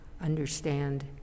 understand